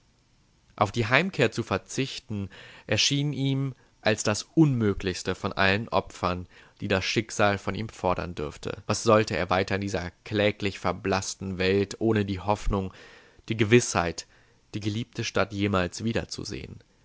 auf die heimkehr zu verzichten erschien ihm als das unmöglichste von allen opfern die das schicksal von ihm fordern dürfte was sollte er weiter in dieser kläglich verblaßten welt ohne die hoffnung die gewißheit die geliebte stadt jemals wiederzusehen